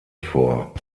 vor